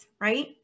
right